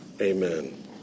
amen